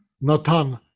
natan